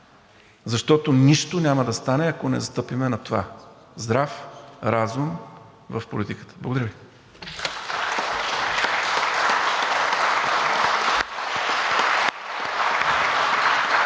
защото нищо няма да стане, ако не застъпим на това – здрав разум в политиката. Благодаря Ви.